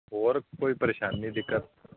ਹੋਰ ਕੋਈ ਪਰੇਸ਼ਾਨੀ ਦਿੱਕਤ